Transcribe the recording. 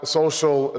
social